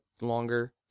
longer